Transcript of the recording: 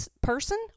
person